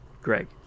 Greg